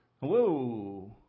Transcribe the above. Whoa